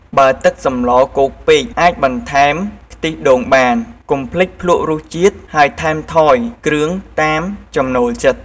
បើទឹកសម្លគោកពេក អាចបន្ថែមខ្ទិះដូងបាន កុំភ្លេចភ្លក្សរសជាតិហើយថែមថយគ្រឿងតាមចំណូលចិត្ត។